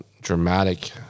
dramatic